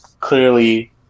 clearly